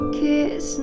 kiss